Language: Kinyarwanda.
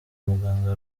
muganga